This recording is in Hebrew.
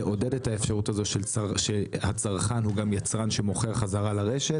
לעודד את האפשרות הזאת שהצרכן הוא גם יצרן שמוכר חזרה לרשת.